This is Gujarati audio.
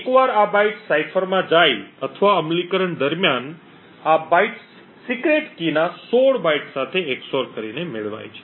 એકવાર આ બાઇટ્સ સાઇફરમાં જાય અથવા અમલીકરણ દરમિયાન આ બાઇટ્સ સિક્રેટ કીના 16 બાઇટ્સ સાથે XOR મેળવે છે